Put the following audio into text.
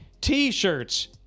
T-shirts